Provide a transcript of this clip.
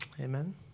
Amen